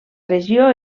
regió